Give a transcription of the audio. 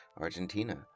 Argentina